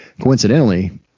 Coincidentally